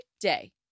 day